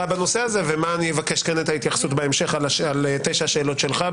בנושא הזה ומה אני אבקש את ההתייחסות כאן בהמשך על תשע השאלות שלך,